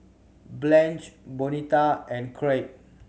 Blanch Bonita and Kraig